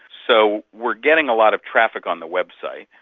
so we're getting a lot of traffic on the website,